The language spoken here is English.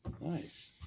Nice